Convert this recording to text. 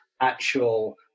actual